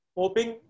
hoping